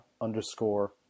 underscore